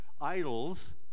idols